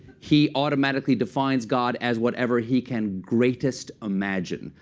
he automatically defines god as whatever he can greatest imagine.